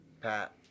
pat